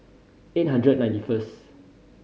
eight hundred ninety first